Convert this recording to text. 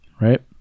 right